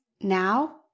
Now